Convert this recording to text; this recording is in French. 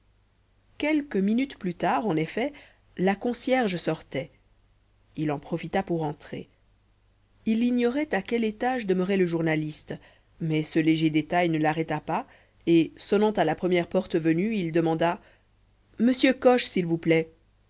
quelques minutes plus tard en effet la concierge sortait il en profita pour entrer il ignorait à quel étage demeurait le journaliste mais ce léger détail ne l'arrêta pas et sonnant à la première porte venue il demanda m coche s'il vous plaît